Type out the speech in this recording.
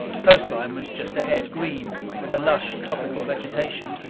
the coastline was just ahead green with a lush, tropical vegetation.